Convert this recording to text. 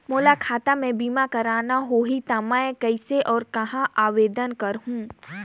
मोला खाता मे बीमा करना होहि ता मैं कइसे और कहां आवेदन करहूं?